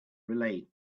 relate